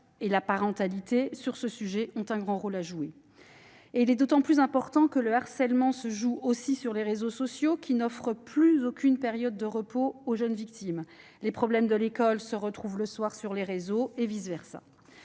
ont d'ailleurs, sur ce sujet, un grand rôle à jouer, rôle d'autant plus important que le harcèlement se met en place, aussi, sur les réseaux sociaux, qui n'offrent plus aucune période de repos aux jeunes victimes. Les problèmes de l'école se retrouvent le soir sur les réseaux, et vice versa.